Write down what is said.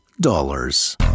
dollars